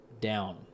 down